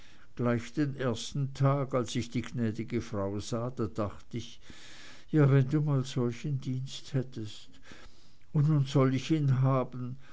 gleich den ersten tag als ich die gnäd'ge frau sah da dacht ich ja wenn du mal solchen dienst hättest und nun soll ich ihn haben